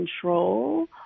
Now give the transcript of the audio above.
control